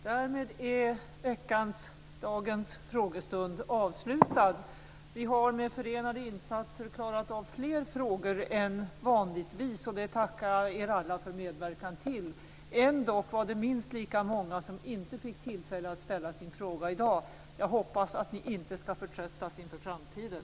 Därmed är veckans och dagens frågestund avslutad. Vi har med förenade insatser klarat av fler frågor än vanligtvis. Det tackar jag er alla för medverkan till. Ändock var det minst lika många som inte fick tillfälle att ställa sin fråga i dag. Jag hoppas att ni inte ska förtröttas inför framtiden.